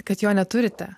kad jo neturite